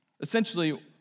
Essentially